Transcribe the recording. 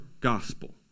gospel